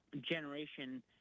generation